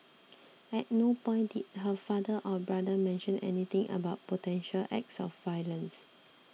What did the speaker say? at no point did her father or brother mention anything about potential acts of violence